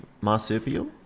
marsupial